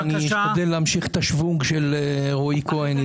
אני אשתדל להמשיך את השוונג של רועי כהן,